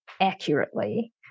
accurately